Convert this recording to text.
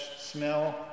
smell